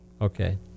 Okay